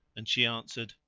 and she answered,